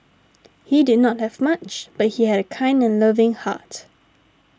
he did not have much but he had a kind and loving heart